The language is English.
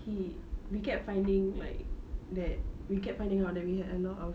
he we kept finding like that we kept finding out that we had a lot of